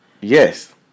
Yes